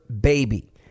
baby